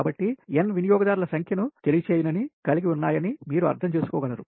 కాబట్టి n వినియోగదారుల సంఖ్య ను తెలియజేయునని కలిగి ఉన్నాయని మీరు అర్థం చేసుకో గలరు